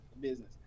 business